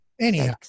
Anyhow